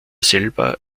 selber